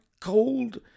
cold